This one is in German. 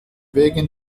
wegen